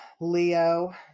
Leo